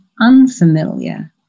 unfamiliar